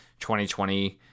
2020